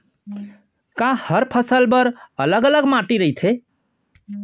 का हर फसल बर अलग अलग माटी रहिथे?